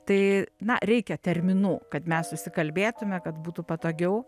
tai na reikia terminų kad mes susikalbėtume kad būtų patogiau